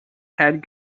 had